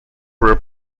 were